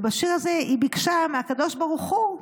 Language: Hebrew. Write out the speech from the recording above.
ובשיר הזה היא ביקשה מהקדוש ברוך הוא: